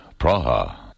Praha